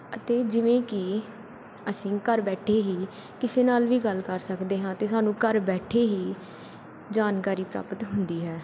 ਅਤੇ ਜਿਵੇਂ ਕਿ ਅਸੀਂ ਘਰ ਬੈਠੇ ਹੀ ਕਿਸੇ ਨਾਲ ਵੀ ਗੱਲ ਕਰ ਸਕਦੇ ਹਾਂ ਅਤੇ ਸਾਨੂੰ ਘਰ ਬੈਠੇ ਹੀ ਜਾਣਕਾਰੀ ਪ੍ਰਾਪਤ ਹੁੰਦੀ ਹੈ